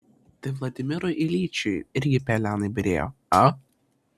tai vladimirui iljičiui irgi pelenai byrėjo a